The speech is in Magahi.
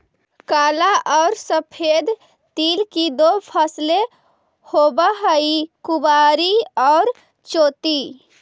काला और सफेद तिल की दो फसलें होवअ हई कुवारी और चैती